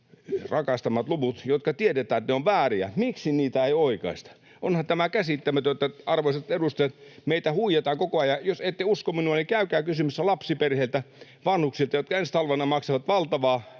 rakastamat luvut, joista tiedetään, että ne ovat vääriä? Miksi niitä ei oikaista? Onhan tämä käsittämätöntä, arvoisat edustajat, että meitä huijataan koko ajan, ja jos ette usko minua, niin käykää kysymässä lapsiperheiltä, vanhuksilta, jotka ensi talvena maksavat valtavaa